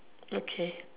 okay